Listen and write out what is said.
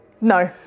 No